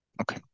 okay